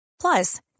Plus